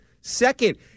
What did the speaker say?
Second